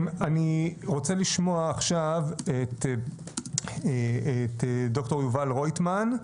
אני רוצה לשמוע עכשיו את ד"ר יובל רויטמן,